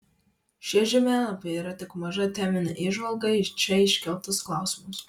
šie žemėlapiai yra tik maža teminė įžvalga į čia iškeltus klausimus